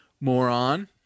moron